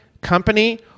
company